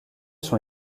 sont